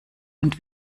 und